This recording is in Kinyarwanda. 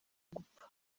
gupfa